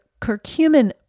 curcumin